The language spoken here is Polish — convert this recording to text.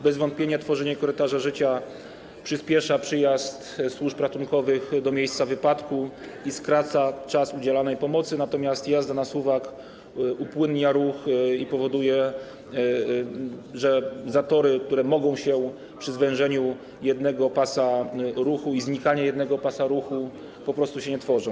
Bez wątpienia tworzenie korytarza życia przyspiesza przyjazd służb ratunkowych do miejsca wypadku i skraca czas udzielanej pomocy, natomiast jazda na suwak upłynnia ruch i powoduje, że zatory, które mogą się pojawiać przy zwężeniu jednego pasa ruchu i znikaniu jednego pasa ruchu, po prostu się nie tworzą.